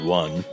one